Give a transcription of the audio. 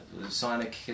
sonic